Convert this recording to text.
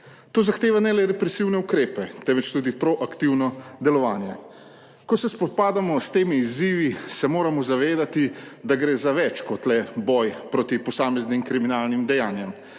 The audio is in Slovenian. To zahteva ne le represivne ukrepe, temveč tudi proaktivno delovanje. Ko se spopadamo s temi izzivi, se moramo zavedati, da gre za več kot le boj proti posameznim kriminalnim dejanjem,